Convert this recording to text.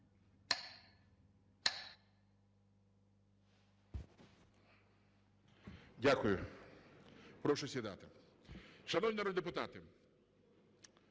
Дякую. Прошу сідати. Шановні народні депутати,